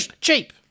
cheap